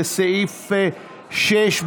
לסעיף 6,